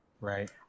right